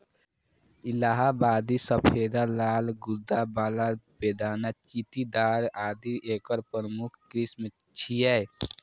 इलाहाबादी सफेदा, लाल गूद्दा बला, बेदाना, चित्तीदार आदि एकर प्रमुख किस्म छियै